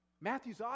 Matthew's